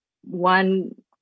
one